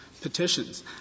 petitions